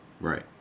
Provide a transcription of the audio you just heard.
Right